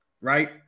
Right